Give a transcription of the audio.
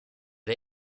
der